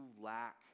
lack